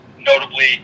notably